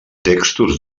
textos